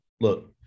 look